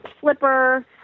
Slipper